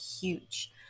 huge